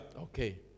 Okay